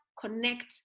connect